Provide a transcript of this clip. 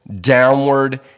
downward